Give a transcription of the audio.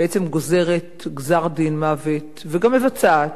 היא גוזרת גזר-דין מוות, וגם מבצעת,